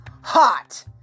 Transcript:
hot